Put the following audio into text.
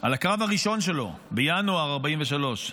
על הקרב הראשון שלו בינואר 1943,